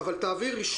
תעביר לי,